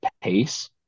pace